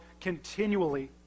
continually